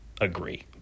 agree